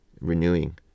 renewing